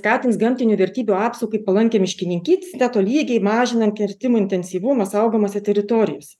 skatins gamtinių vertybių apsaugai palankią miškininkystę tolygiai mažinant kirtimų intensyvumą saugomose teritorijose